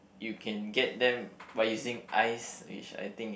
you can get them by using ice which I think it